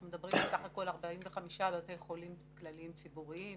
אנחנו מדברים על 45 בתי חולים כלליים ציבוריים.